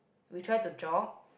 we try to jog